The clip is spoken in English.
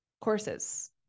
courses